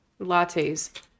lattes